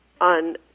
on